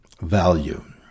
value